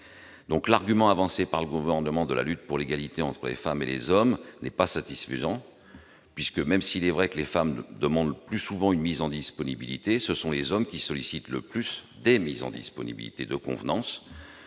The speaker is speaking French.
L'argument avancé par le Gouvernement de la lutte pour l'égalité entre les femmes et les hommes n'est pas satisfaisant. S'il est vrai que les femmes demandent plus souvent une mise en disponibilité que les hommes, ce sont ces derniers qui sollicitent le plus des mises en disponibilité de convenance,